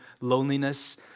loneliness